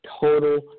total